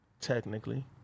Technically